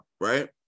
right